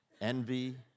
envy